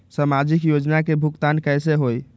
समाजिक योजना के भुगतान कैसे होई?